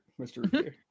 Mr